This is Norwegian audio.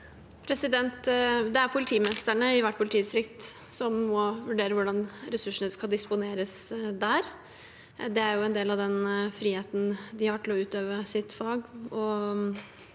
Det er politimes- terne i hvert politidistrikt som må vurdere hvordan ressursene skal disponeres der. Det er en del av den friheten de har til å utøve sitt fag